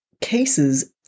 cases